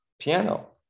piano